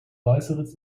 weißeritz